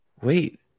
Wait